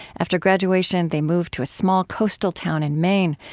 after graduation, they moved to a small coastal town in maine.